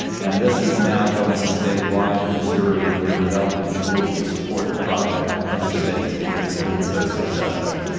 and this is now going statewide in missouri and we're developing tools to support the project in other states because it's been so successful.